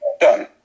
done